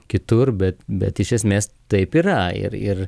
kitur bet bet iš esmės taip yra ir ir